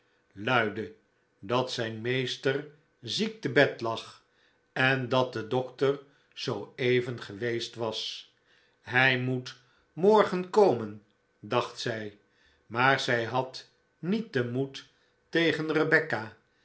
luidde dat zijn meester ziek te bed lag en dat de dokter zooeven geweest was hij moet morgen komen dacht zij maar zij had niet den moed tegen rebecca